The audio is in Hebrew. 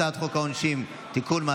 הצעת חוק העונשין (תיקון,